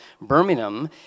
Birmingham